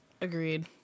agreed